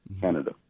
Canada